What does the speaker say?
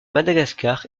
madagascar